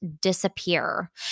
disappear